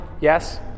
Yes